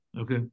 Okay